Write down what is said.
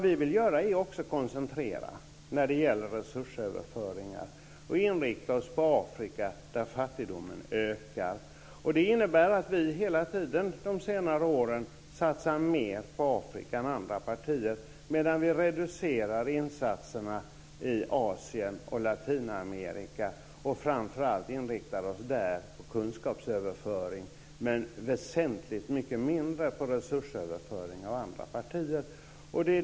Vi vill också koncentrera när det gäller resursöverföringar och inrikta oss på Afrika där fattigdomen ökar. Det innebär att vi hela tiden under senare år satsat mer på Afrika än andra partier. Däremot reducerar vi insatserna i Asien och Latinamerika och inriktar oss där framför allt på kunskapsöverföring och väsentligt mycket mindre på resursöverföring än andra partier.